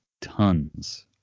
tons